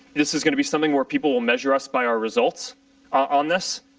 this is going to be something where people measure us by our results on this.